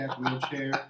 wheelchair